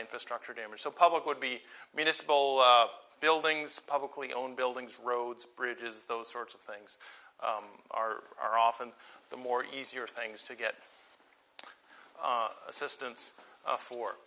infrastructure damage so public would be municipal buildings publicly owned buildings roads bridges those sorts of things are are often the more easier things to get assistance